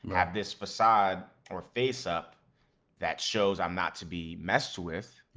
have this facade or face up that shows i'm not to be messed with,